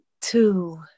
two